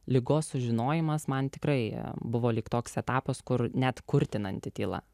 ligos sužinojimas man tikrai buvo lyg toks etapas kur net kurtinanti tyla